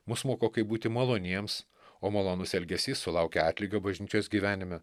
mus moko kaip būti maloniems o malonus elgesys sulaukia atlygio bažnyčios gyvenime